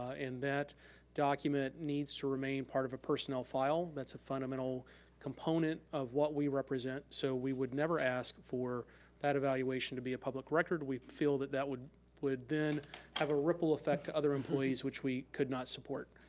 and that document needs to remain part of a personnel file. that's a fundamental component of what we represent. so we would never ask for that evaluation to be a public record. we feel that that would would then have a ripple effect to other employees, which we could not support.